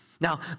Now